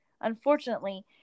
Unfortunately